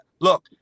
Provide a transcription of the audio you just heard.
Look